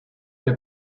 que